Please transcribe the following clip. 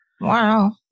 wow